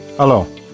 Hello